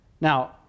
Now